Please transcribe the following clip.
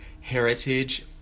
Heritage